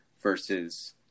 versus –